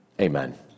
Amen